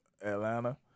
Atlanta